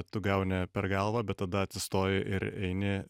tu gauni per galvą bet tada atsistoji ir eini